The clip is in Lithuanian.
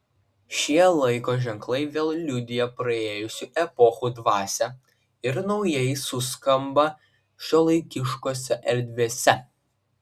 šie laiko ženklai vėl liudija praėjusių epochų dvasią ir naujai suskamba šiuolaikiškose erdvėse